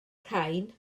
rhain